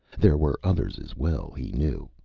there were others as well, he knew.